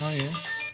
אם אני לא טועה,